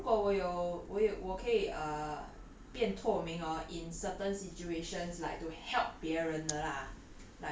but 如果我有我有我可以 err 变透明 hor in certain situations like to help 别人的 lah